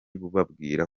bubabwira